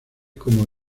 como